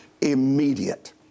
Immediate